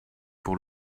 pour